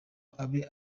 abe